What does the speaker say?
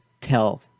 tell